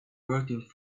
working